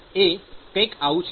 એ કઈક આવું છે